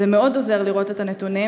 זה מאוד עוזר לראות את הנתונים,